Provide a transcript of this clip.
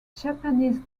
japanese